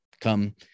Come